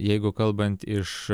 jeigu kalbant iš